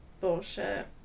bullshit